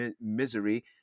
misery